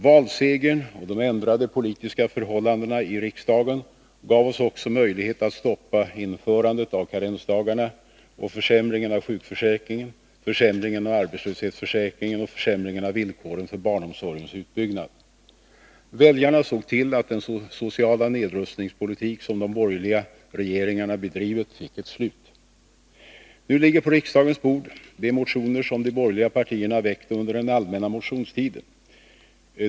Valsegern och de ändrade politiska förhållandena i riksdagen gav oss också möjlighet att stoppa införandet av karensdagar och försämringen av sjukförsäkringen, försämringen av arbetslöshetsförsäkringen och försäm ringen av villkoren för barnomsorgens utbyggnad. Väljarna såg till att den sociala nedrustningspolitik som de borgerliga regeringarna bedrivit fick ett slut. Nu ligger på riksdagens bord de motioner som de borgerliga partierna väckt under den allmänna motionstiden.